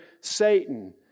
Satan